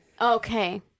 Okay